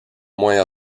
moins